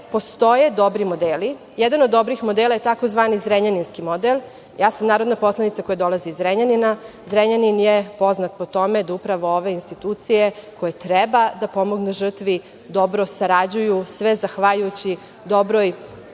postoje dobri modeli. Jedan od dobrih modela je tzv. Zrenjaninski model. Ja sam narodna poslanica koja dolazi iz Zrenjanina. Zrenjanin je poznat po tome da upravo ove institucije koje treba da pomognu žrtvi dobro sarađuju. Sve zahvaljujući dobroj